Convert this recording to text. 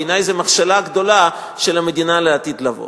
בעיני זו מכשלה גדולה של המדינה לעתיד לבוא.